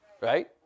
right